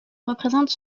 représente